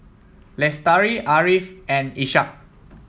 Lestari Ariff and Ishak